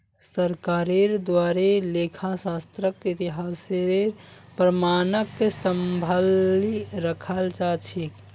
सरकारेर द्वारे लेखा शास्त्रक इतिहासेर प्रमाणक सम्भलई रखाल जा छेक